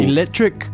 Electric